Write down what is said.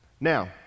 Now